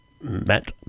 Matt